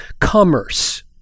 commerce